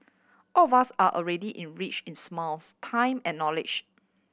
all of us are already in rich in smiles time and knowledge